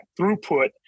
throughput